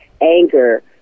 anger